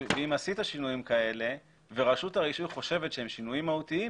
ואם עשית שינויים כאלה ורשות הרישוי חושבת שהם שינויים מהותיים,